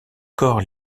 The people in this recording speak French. corps